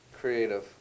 Creative